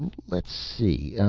let's see.